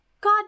God